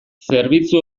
zerbitzu